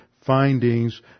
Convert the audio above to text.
findings